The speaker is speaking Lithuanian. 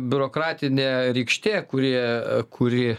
biurokratinė rykštė kurie kurį